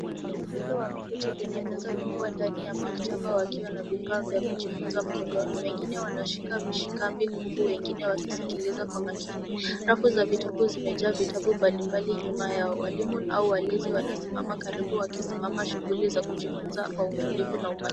Watoto wameketi kwenye meza kubwa ndani ya maktaba wakiwa na vifaa vya kujifunza mkononi. Wengine wanashika vishikambi huku wengine wakisikiliza kwa makini. Rafu za vitabu zimejaa vitabu mbalimbali nyuma yao. Walimu au walezi wanasimama karibu wakisimama shughuli za kujifunza kwa utulivu na umakini.